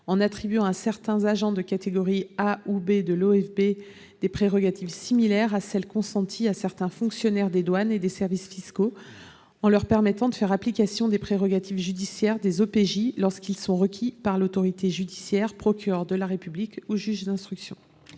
en attribuant à certains agents de catégorie A ou B de l'OFBC des prérogatives similaires à celles qui sont consenties à certains fonctionnaires des douanes et des services fiscaux, en leur permettant de faire application des prérogatives judiciaires des OPJ lorsqu'ils sont requis par l'autorité judiciaire en la personne du procureur de la République ou d'un juge d'instruction.